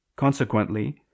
Consequently